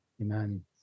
Amen